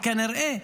וכנראה,